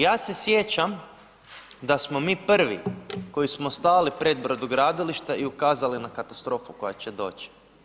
Ja se sjećam da smo mi prvi koji smo stali pred brodogradilište i ukazali na katastrofu koja će doći.